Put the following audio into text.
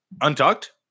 untucked